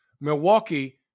Milwaukee